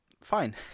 fine